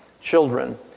children